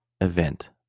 event